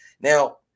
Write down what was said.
Now